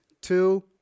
two